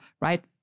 right